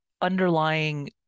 underlying